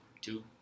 two